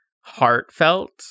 heartfelt